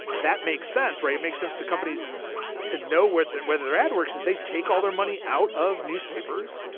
that makes sense. it makes sense to companies to know worth it, whether their ad works as they take all their money out of newspapers,